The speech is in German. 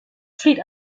flieht